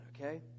okay